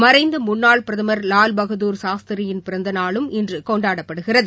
மறைந்த முன்னாள் பிரதமர் லால்பகதூர் சாஸ்திரியின் பிறந்த நாளும் இன்று கொண்டாடப்படுகிறது